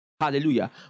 Hallelujah